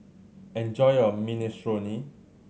enjoy your Minestrone